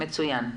מצוין.